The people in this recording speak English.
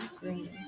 green